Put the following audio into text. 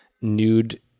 nude